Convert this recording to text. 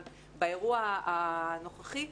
אבל באירוע הנוכחי,